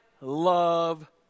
love